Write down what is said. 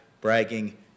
bragging